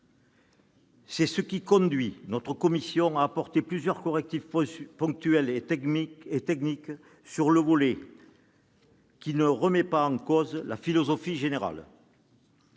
C'est ce qui conduit notre commission à apporter plusieurs correctifs ponctuels et techniques sur ce volet, correctifs qui n'en remettent pas en cause la philosophie générale.